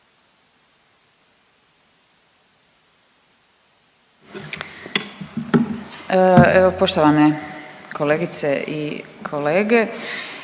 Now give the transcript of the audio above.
poštovane kolegice i kolege,